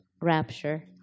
rapture